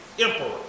emperor